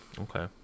Okay